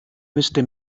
müsste